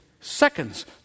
seconds